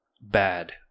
bad